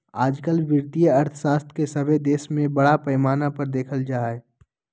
आजकल वित्तीय अर्थशास्त्र के सभे देश में बड़ा पैमाना पर देखल जा हइ